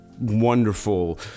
wonderful